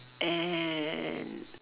and